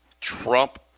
Trump